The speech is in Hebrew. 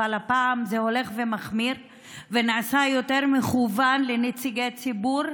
אבל הפעם זה הולך ומחמיר ונעשה יותר מכוון לנציגי ציבור,